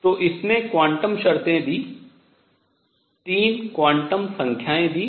तो इसने क्वांटम शर्तें दीं 3 क्वांटम संख्याएँ दीं